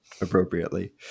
appropriately